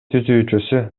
түзүүчүсү